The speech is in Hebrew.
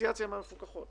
בדיפרנציאציה מהמפוקחות